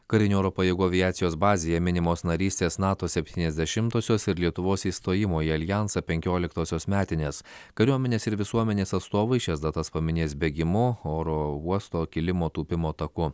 karinių oro pajėgų aviacijos bazėje minimos narystės nato septyniasdešimtosios ir lietuvos įstojimo į aljansą penkioliktosios metinės kariuomenės ir visuomenės atstovai šias datas paminės bėgimu oro uosto kilimo tūpimo taku